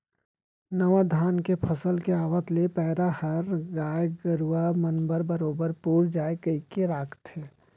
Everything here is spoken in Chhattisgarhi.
नावा धान के फसल के आवत ले पैरा ह गाय गरूवा मन बर बरोबर पुर जाय कइके राखथें